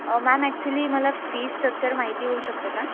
ma'am actually मला fee structure माहिती होऊ शकतं का